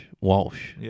Walsh